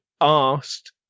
asked